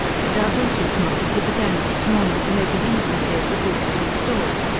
to divert his mind, he began next morning to make an inventory of the goods in the store.